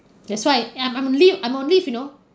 that's why eh I'm on leave I'm on leave you know